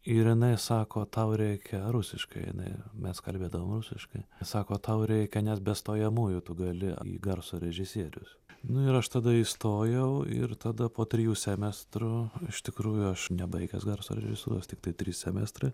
ir jinai sako tau rekia rusiškai jinai mes kalbėdavom rusiškai sako tau reikia nes be stojamųjų tu gali garso režisierius nu ir aš tada įstojau ir tada po trijų semestrų iš tikrųjų aš nebaigęs garso režisūros tiktai trys semestrai